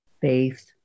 Faith